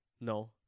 No